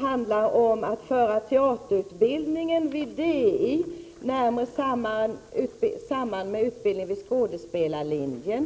handlar om att föra teaterutbildningen vid DI närmare utbildningen på skådespelarlinjen.